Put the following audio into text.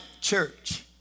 church